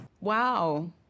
Wow